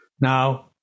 Now